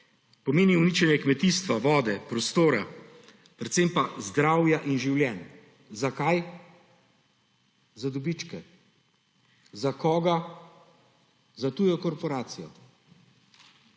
Pomeni uničenje kmetijstva, vode, prostora, predvsem pa zdravja in življenj. Za kaj? Za dobičke! Za koga? Za tujo korporacijo!